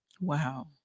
Wow